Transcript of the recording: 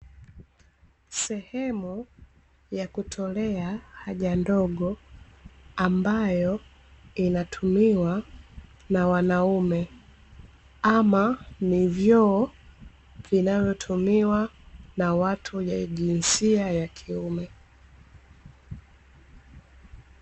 Sehemu ya kutolea haja ndogo, ambayo inatumiwa na wanaume ama ni vyoo vinavyotumiwa na watu wenye jinsia ya kiume.